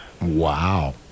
Wow